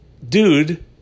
Dude